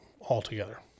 altogether